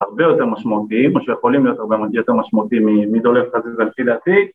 הרבה יותר משמעותיים, או שיכולים להיות הרבה יותר משמעותיים מדולב חזיזה, לפי דעתי